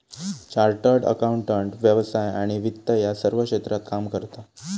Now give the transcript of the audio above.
chartered accountant व्यवसाय आणि वित्त या सर्व क्षेत्रात काम करता